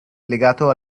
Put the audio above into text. legato